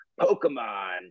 pokemon